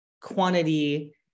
quantity